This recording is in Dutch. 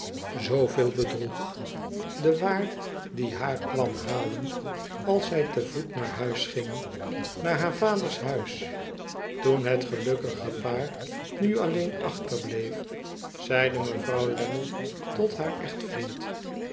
zooveel bedroeg de waar die haar kwam halen als zij te voet naar huis ging naar haar vaders huis toen het gelukkige paar nu alleen achterbleef zeide mevrouw lammie tot h echtvriend